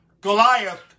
Goliath